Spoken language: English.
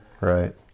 Right